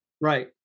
Right